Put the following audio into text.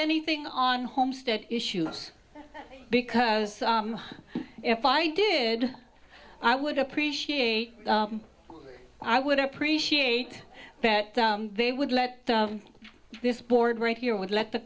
anything on homestead issues because if i did i would appreciate i would appreciate that they would let this board right here would let the